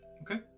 Okay